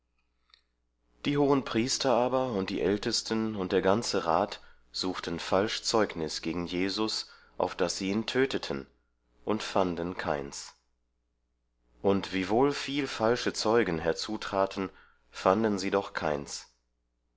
die hohenpriester aber und die ältesten und der ganze rat suchten falsch zeugnis gegen jesus auf daß sie ihn töteten und fanden keins und wiewohl viel falsche zeugen herzutraten fanden sie doch keins